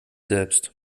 selbst